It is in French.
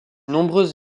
nombreuses